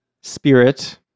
spirit